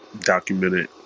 documented